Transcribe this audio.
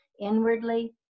inwardly